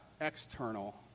external